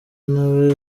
nawe